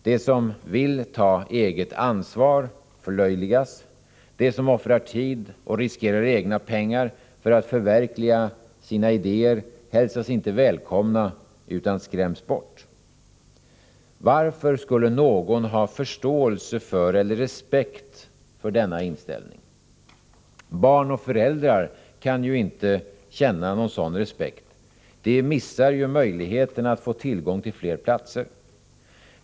De som vill ta eget ansvar förlöjligas. De som offrar tid och riskerar egna pengar för att förverkliga sina idéer hälsas inte välkomna utan skräms bort. Varför skulle någon ha förståelse eller respekt för denna inställning? Barn och föräldrar kan ju inte känna någon sådan respekt. De missar ju möjligheterna att få tillgång till fler platser.